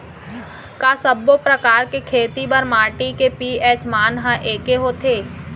का सब्बो प्रकार के खेती बर माटी के पी.एच मान ह एकै होथे?